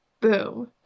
Boom